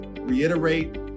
reiterate